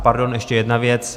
Pardon, ještě jedna věc.